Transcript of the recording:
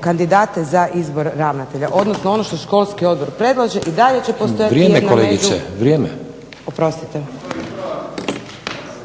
kandidate za izbor ravnatelja, odnosno ono što školski odbor predlaže i dalje će postojati **Stazić, Nenad (SDP)** Vrijeme kolegice, vrijeme. **Komparić